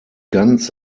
ganz